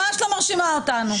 ממש לא מרשימה אותנו.